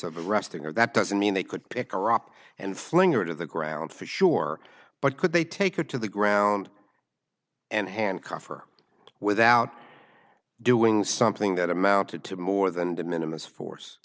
or that doesn't mean they could pick her up and flinger to the ground for sure but could they take her to the ground and handcuffed her without doing something that amounted to more than de minimus force